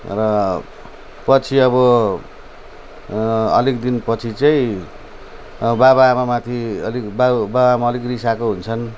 र पछि अब अलिक दिनपछि चाहिँ बाबाआमा माथि अलिक बाबु बाबुआमा अलिक रिसाएको हुन्छन्